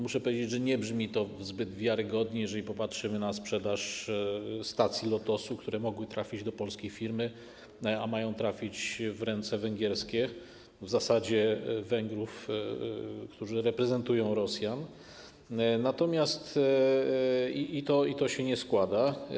Muszę powiedzieć, że nie brzmi to zbyt wiarygodnie, jeżeli popatrzymy na sprzedaż stacji Lotosu, które mogły trafić do polskiej firmy, a mają trafić w ręce węgierskie, w zasadzie do Węgrów, którzy reprezentują Rosjan, i to się nie składa.